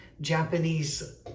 Japanese